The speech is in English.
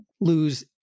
lose